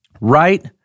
right